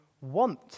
want